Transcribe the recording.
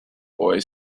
boy